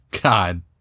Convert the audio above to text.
God